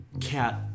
Cat